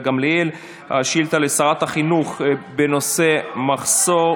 גמליאל לשאילתה לשרת החינוך בנושא: מחסור,